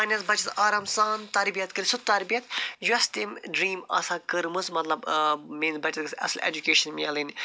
پنٛنِس بَچس آرام سان تربِیَت کٔرتھ سُہ تربِیَت یۄس تٔمۍ ڈرٛیٖم آسان کٔرمٕژ مطلب میٛٲنِس بَچس گَژھِ اَصٕل اٮ۪جُکیشَن مِلٕنۍ